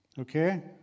Okay